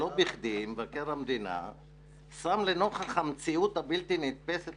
לא בכדי מבקר המדינה שם לנוכח המציאות הבלתי נתפסת